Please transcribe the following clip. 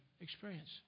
experience